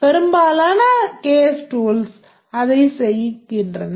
பெரும்பாலான case tools அதைச் செய்கின்றன